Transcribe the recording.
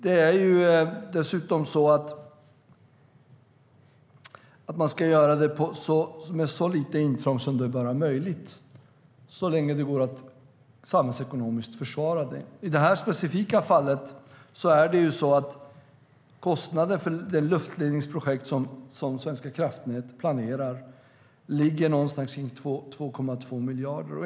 Dessutom ska man göra det med så lite intrång som det bara är möjligt så länge som det går att samhällsekonomiskt försvara intrånget. I det här specifika fallet uppgår kostnaderna för det luftledningsprojekt som Svenska kraftnät planerar till ungefär på 2,2 miljarder.